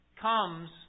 comes